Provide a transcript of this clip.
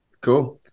Cool